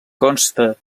consta